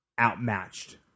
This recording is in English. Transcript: outmatched